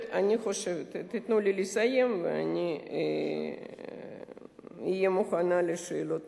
תנו לי לסיים ואני אהיה מוכנה לשאלות נוספות.